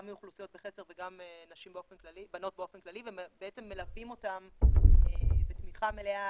גם מאוכלוסיות בחסר וגם בנות באופן כללי ובעצם מלווים אותן בתמיכה מלאה,